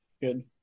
Good